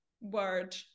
word